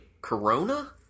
Corona